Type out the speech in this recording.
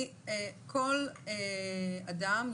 כל אדם,